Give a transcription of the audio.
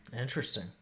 Interesting